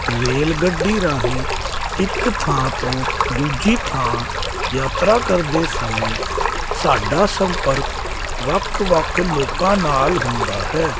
rail ਗੱਡੀ ਰਾਹੀਂ ਇੱਕ ਥਾਂ ਤੋਂ ਦੂਜੀ ਥਾਂ ਯਾਤਰਾ ਕਰਦੇ ਸਮੇਂ ਸਾਡਾ ਸੰਪਰਕ ਵੱਖ ਵੱਖ ਲੋਕਾਂ ਨਾਲ ਹੁੰਦਾ ਹੈ